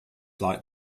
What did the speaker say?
like